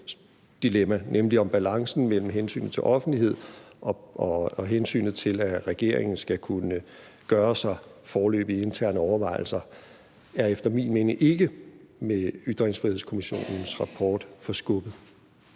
dilemma, nemlig om balancen mellem hensynet til offentlighed og hensynet til, at regeringen skal kunne gøre sig foreløbige interne overvejelser, er efter min mening ikke med Ytringsfrihedskommissionens rapport forskubbet.